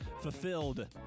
fulfilled